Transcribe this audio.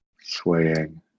swaying